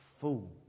fool